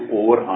over